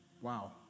Wow